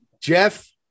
Jeff